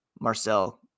Marcel